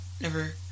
never-